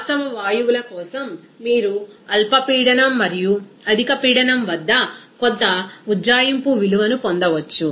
వాస్తవ వాయువుల కోసం మీరు అల్ప పీడనం మరియు అధిక పీడనం వద్ద కొంత ఉజ్జాయింపు విలువను పొందవచ్చు